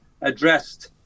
addressed